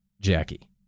Jackie